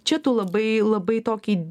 čia tu labai labai tokį